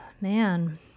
man